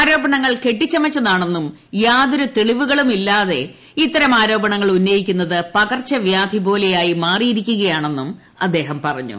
ആരോപണങ്ങൾ കെട്ടിച്ചമച്ചതാണെന്നും യാതൊരു തെളിവുകളുമില്ലാതെ ഇത്തരം ആരോപണങ്ങൾ ഉന്നയിക്കുന്നത് പകർച്ചവ്യാധിപോലെയായി മാറിയിരിക്കുകയാണെന്ന് അദ്ദേഹം പറഞ്ഞു